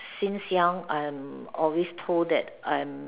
since young I'm always told that I'm